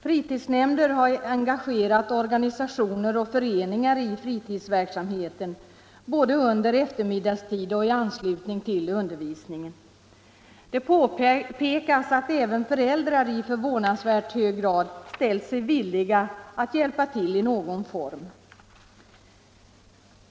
Fritidsnämnder har engagerat organisationer och föreningar i fritidsverksamheten, både under eftermiddagstid och i anslutning till undervisningen. Det påpekas att även föräldrar i förvånansvärt hög grad ställt sig villiga att hjälpa till i någon form.